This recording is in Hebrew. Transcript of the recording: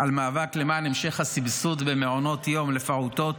על מאבק למען המשך סבסוד למעונות יום לפעוטות